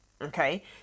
Okay